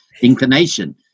inclination